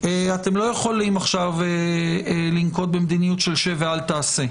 אתם לא יכולים עכשיו לנקוט במדיניות של שב ואל תעשה.